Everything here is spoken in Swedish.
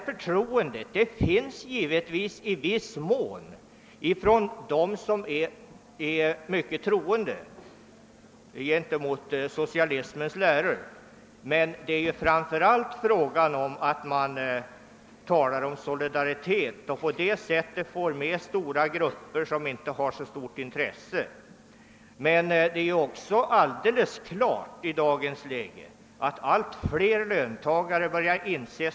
Förtroendet finns givetvis i viss mån hos dem som är mycket troende gentemot socialismens läror, men framför allt är det fråga om solidaritet. På det sättet får man med stora grupper som inte har så stort intresse av socialdemokratin. Men det är framför allt fråga om att man talar om solidaritet och att man med talet om solidaritet får med sig stora grupper, som inte har så stort intresse av politiken. Allt fler löntagare börjar emellertid inse.